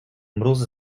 mróz